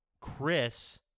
Chris